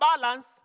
balance